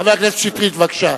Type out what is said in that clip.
חבר הכנסת שטרית, בבקשה.